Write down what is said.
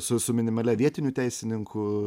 su su minimalia vietinių teisininkų